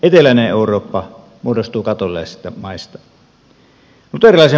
eteläinen eurooppa muodostuu katolilaisista maista